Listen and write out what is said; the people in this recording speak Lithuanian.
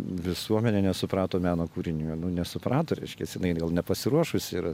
visuomenė nesuprato meno kūrinių nu nesuprato reiškiasi jinai gal nepasiruošusi yra